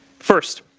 first,